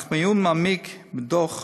אך מעיון מעמיק בדוח